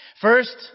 First